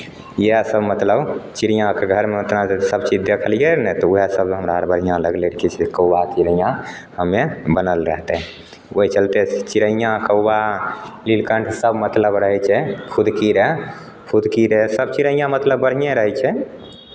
इएहसभ मतलब चिड़ियाँके घरमे तेना कऽ सभ चीज देखलियै ने तऽ उएहसभ हमरा आर बढ़िआँ लगलै कि से कौआ चिड़ैयाँ घरमे बनल रहतै ओहि चलते चिड़ैयाँ कौआ नीलकण्ठ सभ मतलब रहै छै फुदकी रहै फुदकी रे सभ चिड़ैयाँ मतलब बढ़िएँ रहै छै